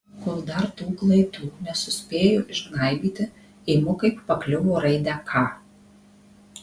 kol dar tų klaidų nesuspėjo išgnaibyti imu kaip pakliuvo raidę k